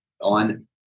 on